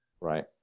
right